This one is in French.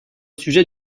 sujet